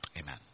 Amen